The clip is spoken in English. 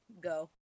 go